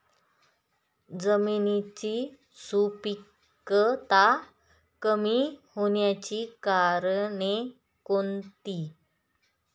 जमिनीची सुपिकता कमी होण्याची कारणे कोणती?